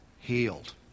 Healed